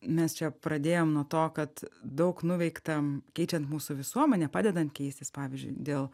mes čia pradėjom nuo to kad daug nuveikta keičiant mūsų visuomenę padedant keistis pavyzdžiui dėl